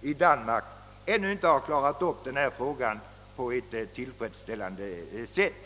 i Danmark, inte har löst denna fråga på ett tillfredsställande sätt.